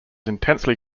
intensely